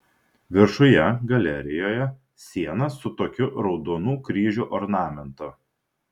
viršuje galerijoje siena su tokiu raudonų kryžių ornamentu